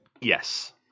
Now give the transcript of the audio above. Yes